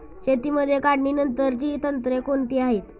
शेतीमध्ये काढणीनंतरची तंत्रे कोणती आहेत?